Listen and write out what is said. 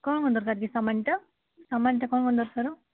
କ'ଣ କ'ଣ ଦରକାର ସାମାନ୍ଟା ସାମାନ୍ଟା କ'ଣ କ'ଣ ଦରକାର